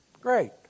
Great